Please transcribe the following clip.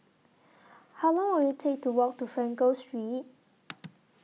How Long Will IT Take to Walk to Frankel Street